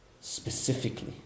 specifically